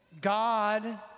God